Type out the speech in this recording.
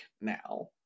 now